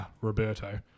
Roberto